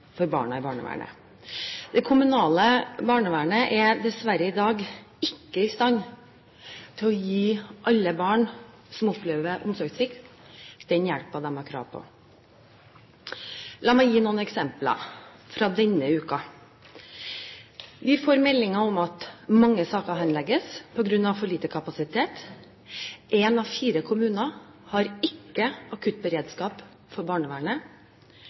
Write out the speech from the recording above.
for barna i barnevernet. Det kommunale barnevernet er dessverre i dag ikke i stand til å gi alle barn som opplever omsorgssvikt, den hjelpen de har krav på. La meg gi noen eksempler fra denne uken: Vi får meldinger om at mange saker henlegges på grunn av for lite kapasitet. En av fire kommuner har ikke akuttberedskap for barnevernet.